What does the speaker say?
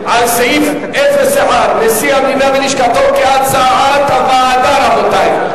נשיא המדינה ולשכתו (טיסות לחו"ל),